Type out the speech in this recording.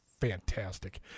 fantastic